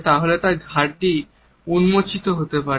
তাহলে তার ঘাড়টি উন্মোচিত হতে পারে